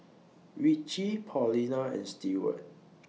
Ritchie Paulina and Stewart